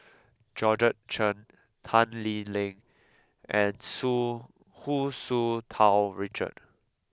Georgette Chen Tan Lee Ling and Tsu Hu Tsu Tau Richard